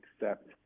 accept